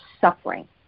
suffering